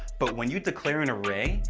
but when you declare an array,